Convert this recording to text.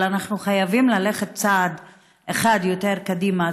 אבל אנחנו חייבים ללכת צעד אחד קדימה.